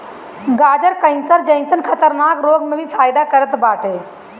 गाजर कैंसर जइसन खतरनाक रोग में भी फायदा करत बाटे